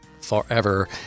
forever